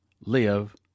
live